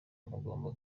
mugomba